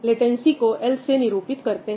latency को 'l' से निरूपित करते हैं